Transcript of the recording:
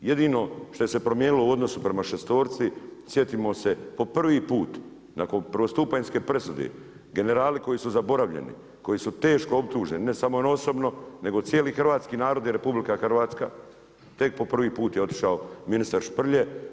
Jedino što se je promijenilo u odnosu prema šestorci sjetimo se po prvi put nakon prvostupanjske presude, generali koji su zaboravljeni, koji su teško optuženi ne samo na osobno nego cijeli hrvatski narod i RH, tek po prvi put je otišao ministar Šprlje.